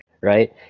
Right